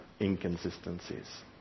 inconsistencies